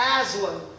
Aslan